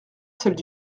celle